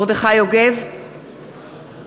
נגד